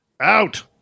out